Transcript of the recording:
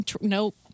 nope